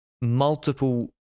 multiple